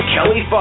Kelly